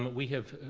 we have,